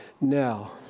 Now